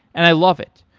and i love it.